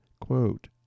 quote